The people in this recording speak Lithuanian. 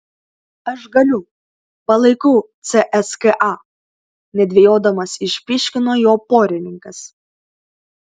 aš galiu palaikau cska nedvejodamas išpyškino jo porininkas